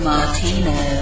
Martino